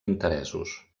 interessos